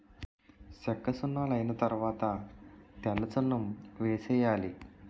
సెక్కసున్నలైన తరవాత తెల్లసున్నం వేసేయాలి